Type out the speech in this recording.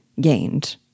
gained